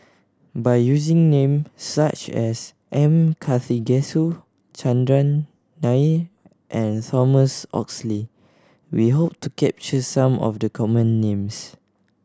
by using name such as M Karthigesu Chandran Nair and Thomas Oxley we hope to capture some of the common names